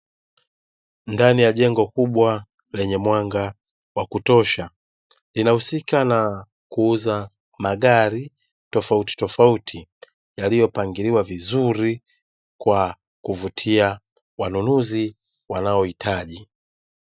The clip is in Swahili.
Ndani ya jengo kubwa lenye mwanga wa kutosha, linahusika na kuuza magari tofauti tofauti yalio pangiliwa vizuri kwa kuvutia wanunuzi wanaohitaji.